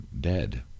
dead